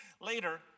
later